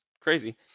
crazy